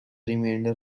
remainder